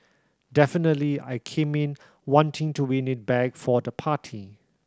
definitely I came in wanting to win it back for the party